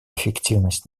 эффективность